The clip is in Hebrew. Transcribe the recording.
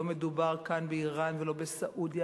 לא מדובר כאן באירן ולא בסעודיה,